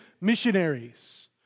missionaries